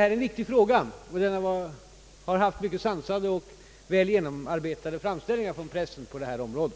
är en viktig fråga, och man har haft mycket sansade och väl genomarbetade framställningar från pressen på detta område.